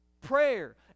Prayer